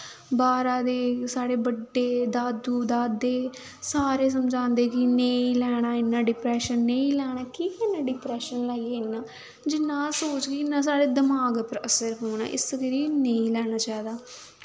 बाह्रा दे साढ़े बड्डे दादू दादे सारे समझांदे कि नेईं लैना इन्ना डिप्रैशन नेईं लैना केह् करना डिप्रैशन लेइयै इन्ना जिन्ना अस सोचगे इन्ना साढ़े दमाक पर असर पौना इस करियै नेईं लैना चाहिदा